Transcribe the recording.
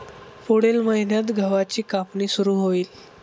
पुढील महिन्यात गव्हाची कापणी सुरू होईल